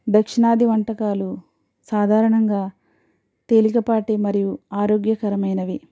దక్షణాది వంటకాలు సాధారణంగా తేలికపాటి మరియు ఆరోగ్యకరమైనవి